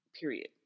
Period